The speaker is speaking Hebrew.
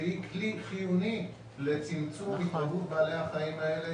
שהיא כלי חיוני לצמצום התרבות בעלי החיים האלה